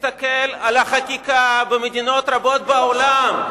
תסתכל על החקיקה במדינות רבות בעולם.